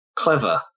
clever